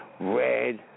Red